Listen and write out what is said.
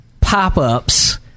pop-ups